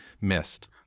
missed